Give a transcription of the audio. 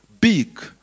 big